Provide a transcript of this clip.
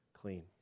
clean